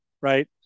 right